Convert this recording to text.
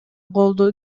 голду